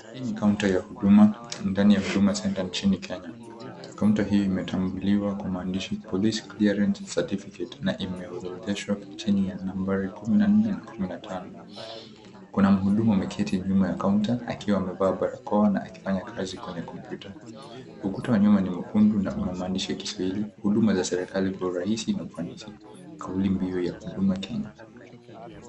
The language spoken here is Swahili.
Hii ni kaunta ya huduma ndani ya Huduma Centre nchini Kenya. Kaunta hii imetambuliwa kwa maandishi, Police Clearance Certificate na imeorodheshwa chini ya nambari kumi na nne na kumi na tano. Kuna mhudumu ameketi nyuma ya kaunta akiwa anavaa barakoa na akifanya kazi kwenye kompyuta. Ukuta wa nyuma ni mwekundu na una maandishi ya kiswahili Huduma za Serikali kwa Urahisi na Ufanisi kauli mbiu ya Huduma Kenya.